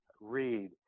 read